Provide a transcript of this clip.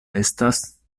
estas